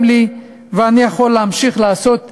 לי ואני יכול להמשיך לנהוג בגזענות,